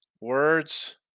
words